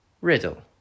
Riddle